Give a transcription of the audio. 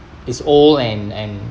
it's old and and